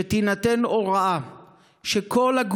שתינתן הוראה שכל העמותות,